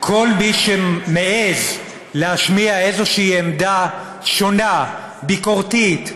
כל מי שמעז להשמיע איזושהי עמדה שונה, ביקורתית,